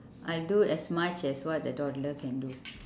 I'll do as much as what the toddler can do